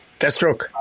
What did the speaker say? Deathstroke